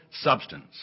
substance